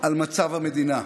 על מצב המדינה.